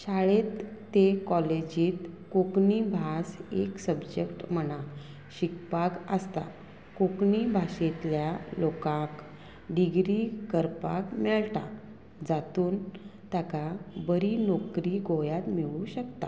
शाळेंत ते कॉलेजीत कोंकणी भास एक सबजेक्ट म्हणा शिकपाक आसता कोंकणी भाशेंतल्या लोकांक डिग्री करपाक मेळटा जातून ताका बरी नोकरी गोंयांत मेळूं शकता